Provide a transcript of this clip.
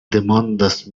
demandas